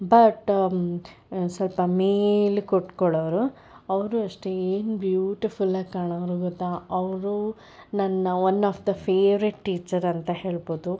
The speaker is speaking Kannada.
ಬಟ್ ಸ್ವಲ್ಪ ಮೇಲಕ್ಕೆ ಉಟ್ಕೋಳ್ಳೋವ್ರು ಅವರು ಅಷ್ಟೇ ಏನು ಬ್ಯೂಟಿಫುಲಾಗಿ ಕಾಣೋರು ಗೊತ್ತ ಅವರು ನನ್ನ one of the favourite teacher ಅಂತ ಹೇಳ್ಬೋದು